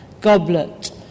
goblet